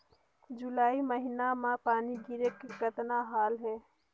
जुलाई महीना म पानी गिरे के कतना हाल हे?